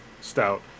stout